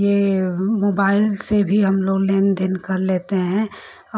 यह मोबाइल से भी हमलोग लेनदेन कर लेते हैं